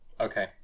Okay